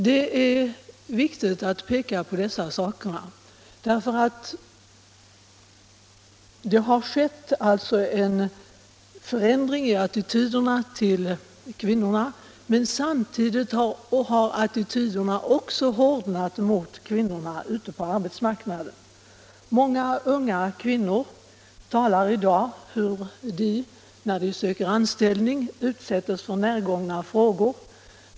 Det är viktigt att peka på dessa saker, därför att samtidigt har attityderna hårdnat mot kvinnorna ute på arbetsmarknaden. Många unga kvinnor talar i dag om hur de när de söker anställning utsättes för närgångna frågor.